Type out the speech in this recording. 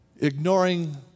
ignoring